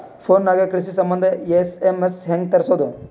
Phone ನಾಗೆ ಕೃಷಿ ಸಂಬಂಧ ಎಸ್.ಎಮ್.ಎಸ್ ಹೆಂಗ ತರಸೊದ?